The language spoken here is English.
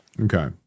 Okay